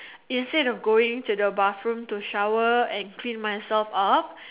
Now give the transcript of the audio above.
instead of going to the bathroom to shower and clean myself up